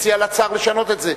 תציע לשר לשנות את זה.